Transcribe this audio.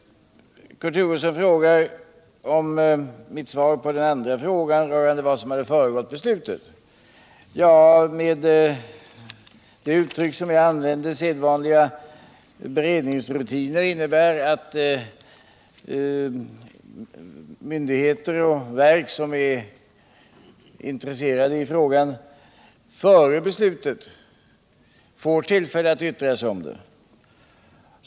Kurt Hugosson efterlyser mitt svar på den andra frågan, dvs. vad som hade föregått beslutet. Det uttryck som jag använde — ”inom ramen för sedvanliga beredningsrutiner” — innebär att myndigheter och verk, som är intresserade av frågan, före beslutet har fått tillfälle att yttra sig om det.